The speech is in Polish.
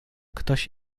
ktoś